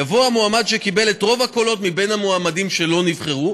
יבוא המועמד שקיבל את רוב הקולות מבין המועמדים שלא נבחרו,